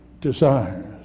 desires